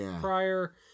prior